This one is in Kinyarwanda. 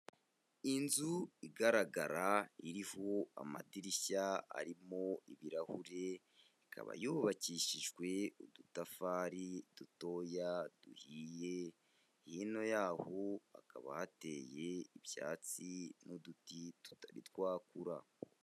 Inzu igaragara iriho amadirishya arimo ibirahuri, ikaba yubakishijwe udutafari dutoya duhiye, hino yaho hakaba hateye ibyatsi n'uduti tutari twakura.